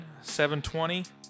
7.20